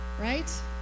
right